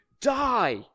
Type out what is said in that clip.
die